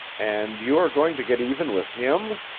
and you are going to get even with him?